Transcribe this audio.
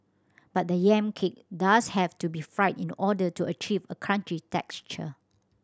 but the yam cake does have to be fried in the order to achieve a crunchy texture